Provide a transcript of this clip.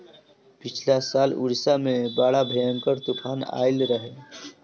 पिछला साल उड़ीसा में बड़ा भयंकर तूफान आईल रहे